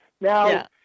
Now